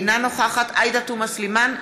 אינה נוכחת עאידה תומא סלימאן,